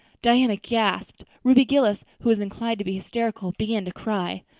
diana gasped. ruby gillis, who was inclined to be hysterical, began to cry.